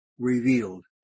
revealed